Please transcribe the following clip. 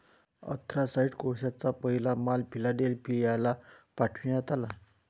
anthracite कोळशाचा पहिला माल फिलाडेल्फियाला पाठविण्यात आला